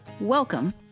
Welcome